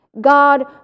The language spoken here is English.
God